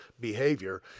behavior